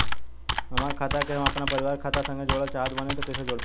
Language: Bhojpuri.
हमार खाता के हम अपना परिवार के खाता संगे जोड़े चाहत बानी त कईसे जोड़ पाएम?